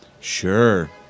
Sure